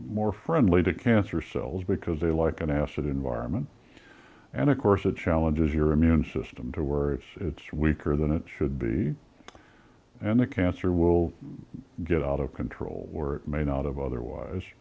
more friendly to cancer cells because they like an acid environment and of course it challenges your immune system to worry if it's weaker than it should be and the cancer will get out of control were made out of otherwise